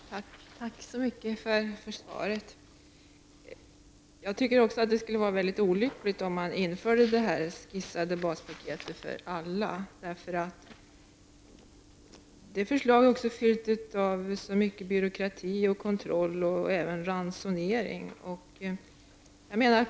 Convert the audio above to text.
Herr talman! Tack så mycket för svaret. Jag tycker också att det skulle vara mycket olyckligt om man skulle införa det skisserade baspaketet för alla. Förslaget är fyllt av mycket byråkrati, kontroll och ransonering.